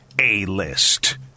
A-List